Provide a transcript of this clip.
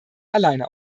alleine